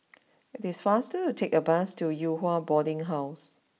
it's faster to take the bus to Yew Hua Boarding house